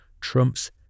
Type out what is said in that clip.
trumps